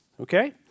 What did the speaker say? Okay